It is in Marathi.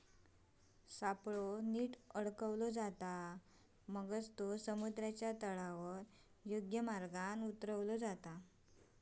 सापळो नीट अडकवतत, मगच ते समुद्राच्या तळावर योग्य मार्गान उतारतत